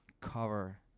cover